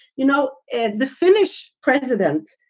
you know, and the finnish president,